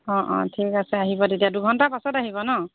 অ' অ' ঠিক আছে আহিব তেতিয়া দুঘণ্টা পাছত আহিব ন